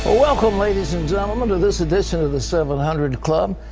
ah welcome, ladies and gentlemen, to this edition of the seven hundred club.